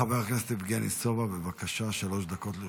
חבר הכנסת יבגני סובה, בבקשה, שלוש דקות לרשותך.